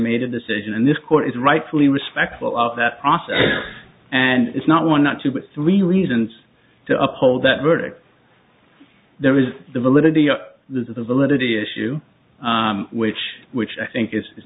made a decision and this court is rightfully respectful of that process and it's not one not two but three reasons to uphold that verdict there is the validity of the validity issue which which i think is